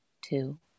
two